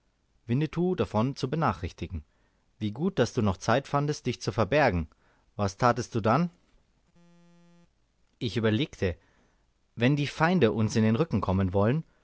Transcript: winnetou davon zu benachrichtigen wie gut daß du noch zeit fandest dich zu verbergen was tatest du dann ich überlegte wenn die feinde uns in den rücken kommen wollten